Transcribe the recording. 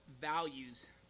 values